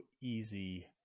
easy